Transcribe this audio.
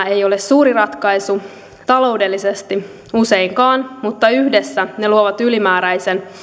ei ole suuri ratkaisu taloudellisesti useinkaan mutta yhdessä ne luovat ylimääräisen